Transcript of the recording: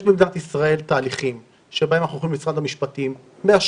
יש במדינת ישראל תהליכים שבהם אנחנו הולכים למשרד המשפטים ומאשרים,